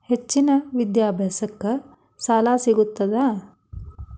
ಹೆಚ್ಚಿನ ವಿದ್ಯಾಭ್ಯಾಸಕ್ಕ ಸಾಲಾ ಸಿಗ್ತದಾ?